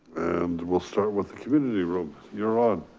and we'll start with the community room. you're on.